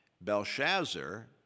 Belshazzar